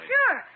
Sure